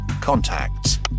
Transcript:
contacts